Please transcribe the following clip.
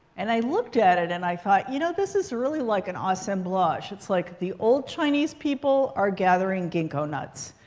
and i looked at it. and i thought, you know, this is really like an assemblage. it's like, the old chinese people are gathering ginkgo nuts.